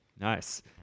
Nice